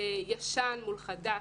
זה ישן מול חדש.